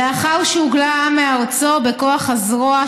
"לאחר שהוגלה העם מארצו בכוח הזרוע,